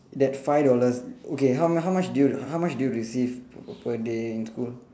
that five dollars okay how m~ how much do you how much do you receive per day in school